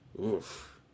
Oof